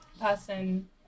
person